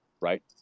right